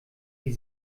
die